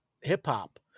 hip-hop